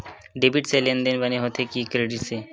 Debit से लेनदेन बने होथे कि क्रेडिट से?